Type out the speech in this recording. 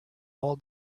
all